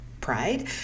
pride